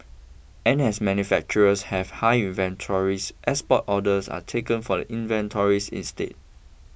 and as manufacturers have high inventories export orders are taken from the inventories instead